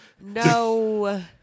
no